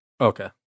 Okay